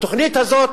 התוכנית הזו,